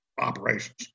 operations